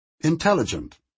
Intelligent